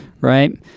Right